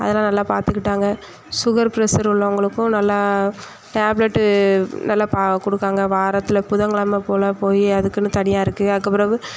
அதலாம் நல்லா பார்த்துக்கிட்டாங்க சுகர் ப்ரசர் உள்ளவங்களுக்கும் நல்லா டேப்லெட்டு நல்லா குடுக்காங்க வாரத்துல புதங்கெழம போல போய் அதுக்குன்னு தனியாக இருக்குது அதுக்குப்பிறகு